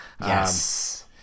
Yes